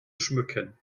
schmücken